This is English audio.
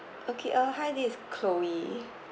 okay uh hi this is chloe